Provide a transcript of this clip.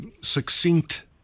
succinct